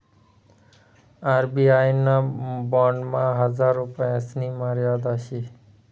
RBI ना बॉन्डमा हजार रुपयासनी मर्यादा शे